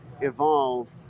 evolve